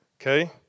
okay